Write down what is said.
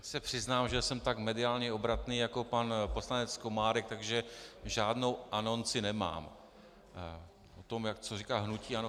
Já se přiznám, že nejsem tak mediálně obratný jako pan poslanec Komárek, takže žádnou anonci nemám, o tom, co říká hnutí ANO.